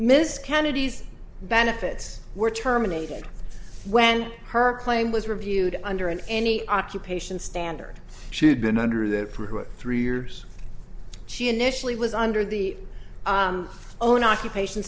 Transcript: miss kennedy's benefits were terminated when her claim was reviewed under an any occupation standard she had been under that through three years she initially was under the own occupation